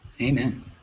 Amen